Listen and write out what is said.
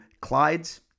Clyde's